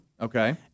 Okay